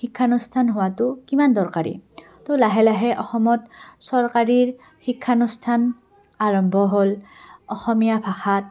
শিক্ষানুষ্ঠান হোৱাটো কিমান দৰকাৰী তো লাহে লাহে অসমত চৰকাৰী শিক্ষানুষ্ঠান আৰম্ভ হ'ল অসমীয়া ভাষাত